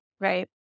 Right